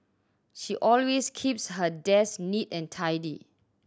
she always keeps her desk neat and tidy